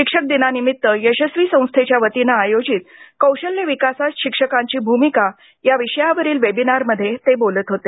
शिक्षक दिनानिमित्त यशस्वी संस्थेच्यावतीनं आयोजित कौशल्य विकासात शिक्षकांची भूमिका या विषयावरील ते वेबिनारमध्ये बोलत होते